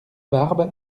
barbe